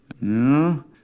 No